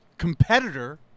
competitor